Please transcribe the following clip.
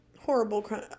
horrible